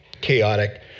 chaotic